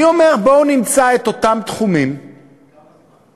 אני אומר, בואו נמצא את אותם תחומים, כמה זמן?